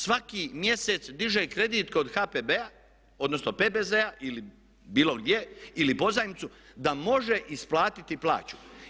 Svaki mjesec diže kredit kod HPB-a, odnosno PBZ-a ili bilo gdje, ili pozajmicu da može isplatiti plaću.